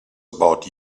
about